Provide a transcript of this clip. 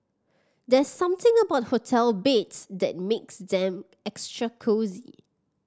there's something about hotel beds that makes them extra cosy